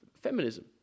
feminism